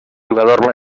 jugador